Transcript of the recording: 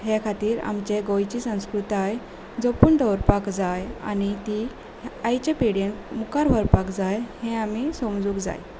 हे खातीर आमचे गोंयची संस्कृताय जपून दवरपाक जाय आनी ती आयच्या पिळगेन मुखार व्हरपाक जाय हें आमी समजूंक जाय